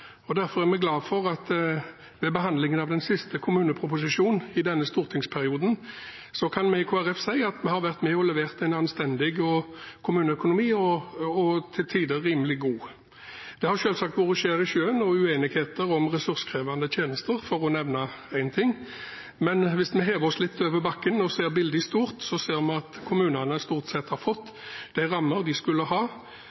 velferdstjenester. Derfor er vi glade for at ved behandlingen av den siste kommuneproposisjonen i denne stortingsperioden kan vi i Kristelig Folkeparti si at vi har vært med og levert en anstendig kommuneøkonomi, til tider rimelig god. Det har selvsagt vært skjær i sjøen og uenigheter om ressurskrevende tjenester, for å nevne én ting, men hvis vi hever oss litt over bakken og ser bildet i stort, ser vi at kommunene stort sett har fått